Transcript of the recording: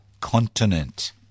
continent